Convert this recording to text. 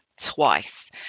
twice